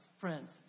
friends